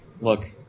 look